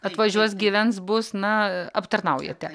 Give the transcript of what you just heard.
atvažiuos gyvens bus na aptarnaujate